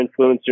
influencers